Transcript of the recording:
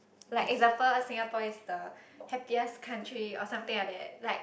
like example Singapore is the happiest country or something like that like